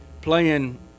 playing